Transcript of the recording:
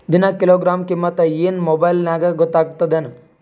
ದಿನಾ ಕಿಲೋಗ್ರಾಂ ಕಿಮ್ಮತ್ ಏನ್ ಮೊಬೈಲ್ ನ್ಯಾಗ ಗೊತ್ತಾಗತ್ತದೇನು?